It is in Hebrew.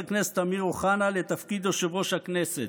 כנסת אמיר אוחנה לתפקיד יושב-ראש הכנסת.